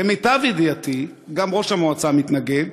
למיטב ידיעתי, גם ראש המועצה מתנגד.